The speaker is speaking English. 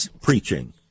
preaching